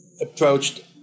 approached